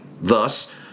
Thus